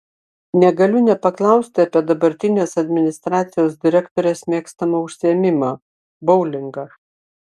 negaliu nepaklausti apie dabartinės administracijos direktorės mėgstamą užsiėmimą boulingą